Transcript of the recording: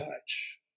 touch